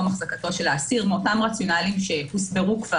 החזקת האסיר מאותם רציונלים שהוזכרו,